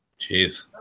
Jeez